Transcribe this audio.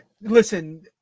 Listen